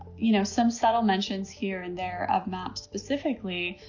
you know, some subtle mentions here and there of maps specifically,